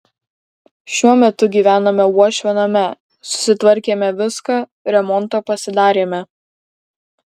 šiuo metu gyvename uošvio name susitvarkėme viską remontą pasidarėme